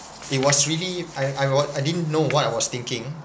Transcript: it was really I I what I didn't know what I was thinking